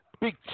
Big